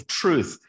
truth